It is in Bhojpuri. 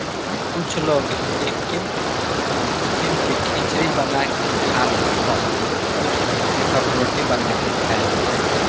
कुछ लोग एके उसिन के खिचड़ी बना के खाला तअ कुछ लोग एकर रोटी बना के खाएला